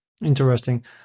Interesting